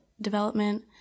Development